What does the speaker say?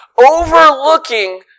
overlooking